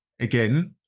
again